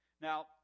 Now